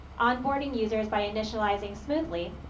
onboarding users by initializing smoothly,